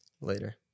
later